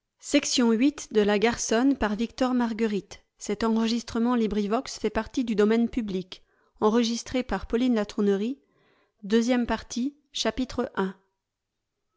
de la matière